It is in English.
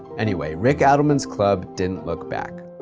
anyway, rick adelman's club didn't look back.